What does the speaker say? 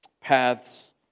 paths